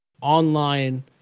online